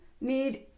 need